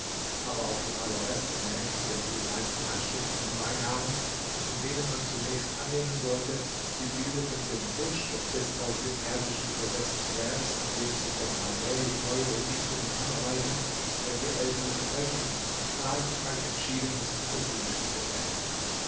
aber auch die allerersten märchen welche die meisten handschriften gemein haben und von denen man zunächst annehmen sollte sie bildeten den grundstock des aus dem persischen übersetzten werks an dem sich dann allmählich neuere dichtungen anreihten welche ältere verdrängten tragen ein entschiedenes moslimisches gepräge